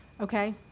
okay